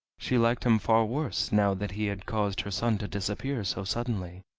she liked him far worse now that he had caused her son to disappear so suddenly.